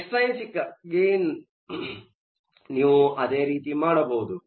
extrinsic ಗಾಗಿ ನೀವು ಅದೇ ರೀತಿ ಮಾಡಬಹುದು